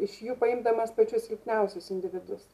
iš jų paimdamas pačius silpniausius individus